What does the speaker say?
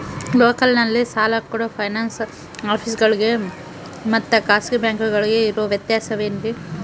ಲೋಕಲ್ನಲ್ಲಿ ಸಾಲ ಕೊಡೋ ಫೈನಾನ್ಸ್ ಆಫೇಸುಗಳಿಗೆ ಮತ್ತಾ ಖಾಸಗಿ ಬ್ಯಾಂಕುಗಳಿಗೆ ಇರೋ ವ್ಯತ್ಯಾಸವೇನ್ರಿ?